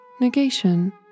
negation